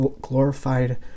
glorified